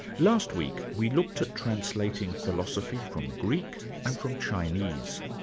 last week, we looked at translating philosophy from greek and from chinese.